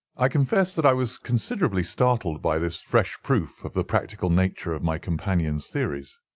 i confess that i was considerably startled by this fresh proof of the practical nature of my companion's theories.